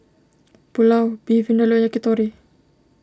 Pulao Beef Vindaloo and Yakitori